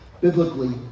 biblically